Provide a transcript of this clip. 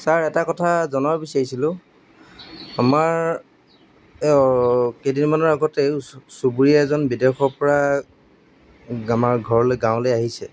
sir এটা কথা জনাব বিচাৰিছিলো আমাৰ এই কেইদিনমানৰ আগতে চুবুৰীয়া এজন বিদেশৰ পৰা আমাৰ ঘৰলৈ গাঁৱলৈ আহিছে